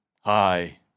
Hi